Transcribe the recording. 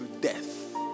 death